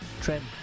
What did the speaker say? Trend